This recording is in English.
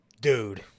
Dude